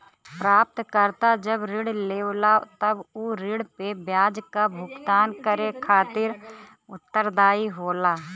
प्राप्तकर्ता जब ऋण लेवला तब उ ऋण पे ब्याज क भुगतान करे खातिर उत्तरदायी होला